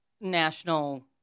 national –